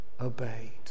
obeyed